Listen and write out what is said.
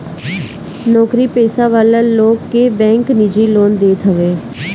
नोकरी पेशा वाला लोग के बैंक निजी लोन देवत हअ